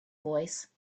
voice